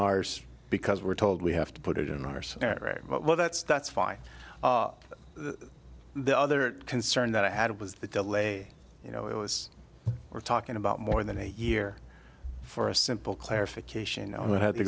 ours because we're told we have to put it in ours well that's that's fine the other concern that i had was that delay you know it was we're talking about more than a year for a simple clarification on what had to